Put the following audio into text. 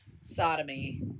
Sodomy